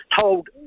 told